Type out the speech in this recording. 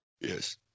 Yes